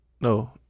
No